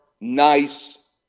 nice